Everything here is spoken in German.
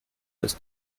ist